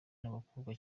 n’abakobwa